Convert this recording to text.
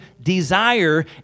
desire